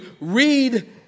read